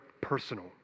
personal